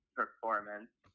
performance